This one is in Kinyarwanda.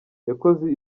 yakoze